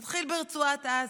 נתחיל ברצועת עזה.